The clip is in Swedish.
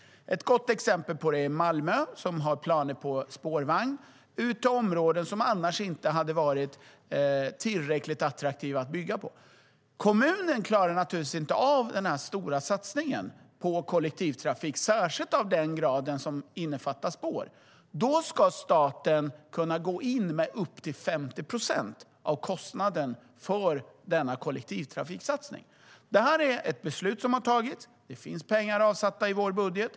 Ett gott exempel på det är Malmö, som har planer på spårvagn ut till områden som annars inte hade varit tillräckligt attraktiva att bygga på. Detta är ett beslut som har tagits. Det finns pengar avsatta i vår budget.